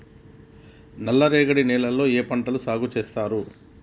నల్లరేగడి నేలల్లో ఏ పంట సాగు చేస్తారు?